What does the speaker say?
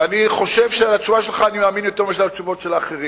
אני חושב שלתשובה שלך אני מאמין יותר מאשר לתשובות של האחרים.